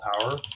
power